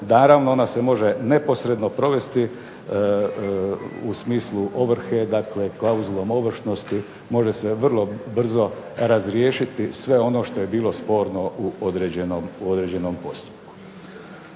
naravno ona se može neposredno provesti u smislu ovrhe, dakle klauzulom ovršnosti može se vrlo brzo razriješiti sve ono što je bilo sporno u ovršnom postupku.